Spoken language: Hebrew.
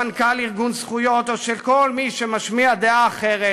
מנכ"ל ארגון זכויות או של כל מי שמשמיע דעה אחרת.